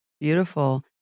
Beautiful